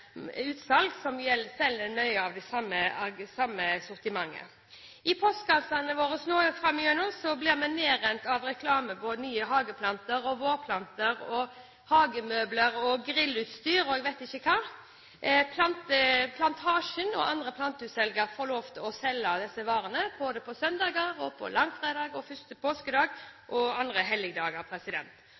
utsalg som har mye av det samme sortimentet. I postkassene våre blir vi nå framover nedrent av reklame for nye hageplanter, vårplanter, hagemøbler, grillutstyr – og jeg vet ikke hva. Plantasjen og andre planteutsalg får lov til å selge disse varene både søndager, langfredag, 1. påskedag og andre helligdager.